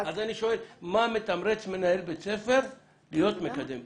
אז אני שואל מה מתמרץ מנהל בית ספר להיות מקדם בריאות.